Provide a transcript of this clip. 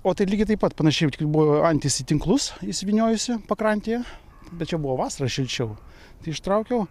o tai lygiai taip pat panašiai jau tik buvo antis į tinklus įsivyniojusi pakrantėje bet čia buvo vasarą šilčiau tai ištraukiau